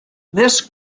this